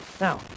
Now